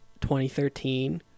2013